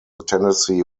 tennessee